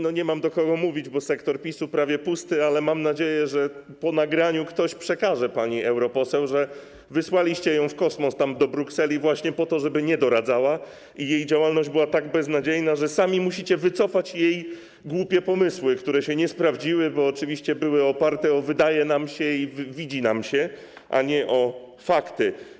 Nie mam do kogo mówić, bo sektor PiS-u prawie pusty, ale mam nadzieję, że po nagraniu ktoś przekaże pani europoseł, że wysłaliście ją w kosmos, do Brukseli właśnie po to, żeby nie doradzała, i jej działalność była tak beznadziejna, że sami musicie wycofać jej głupie pomysły, które się nie sprawdziły, bo oczywiście były oparte na „wydaje nam się” i „widzi nam się”, a nie na faktach.